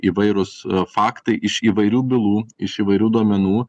įvairūs faktai iš įvairių bylų iš įvairių duomenų